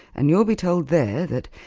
and you'll be told there that,